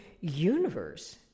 universe